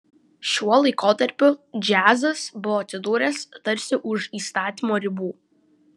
šiuo laikotarpiu džiazas buvo atsidūręs tarsi už įstatymo ribų